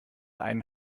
einen